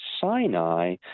Sinai